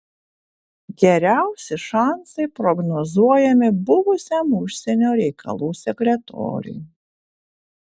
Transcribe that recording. geriausi šansai prognozuojami buvusiam užsienio reikalų sekretoriui